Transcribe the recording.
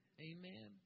Amen